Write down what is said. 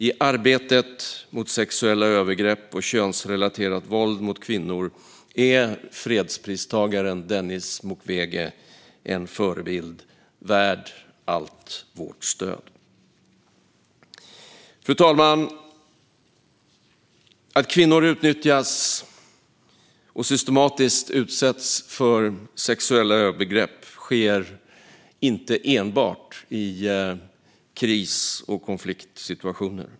I arbetet mot sexuella övergrepp och könsrelaterat våld mot kvinnor är fredspristagaren Denis Mukwege en förebild värd allt vårt stöd. Fru talman! Att kvinnor utnyttjas och systematiskt utsätts för sexuella övergrepp sker inte enbart i kris och konfliktsituationer.